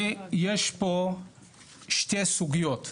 יש פה שתי סוגיות,